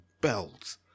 belt